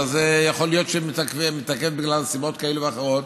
יכול להיות שזה מתעכב בגלל סיבות כאלה ואחרות.